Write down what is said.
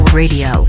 radio